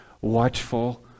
watchful